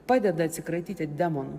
padeda atsikratyti demonų